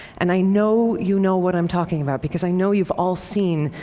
and i know you know what i'm talking about, because i know you've all seen,